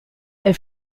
elle